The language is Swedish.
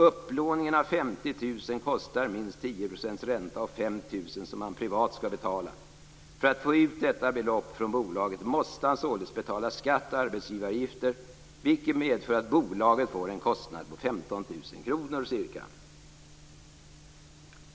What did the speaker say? Upplåningen av 50 000 kr kostar minst 10 % ränta eller 5 000 kr som han privat skall betala. För att få ut detta belopp från bolaget måste han således betala skatt och arbetsgivaravgift, vilket medför att bolaget får en kostnad på ca 15 000 kr.